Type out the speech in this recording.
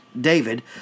David